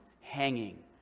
hanging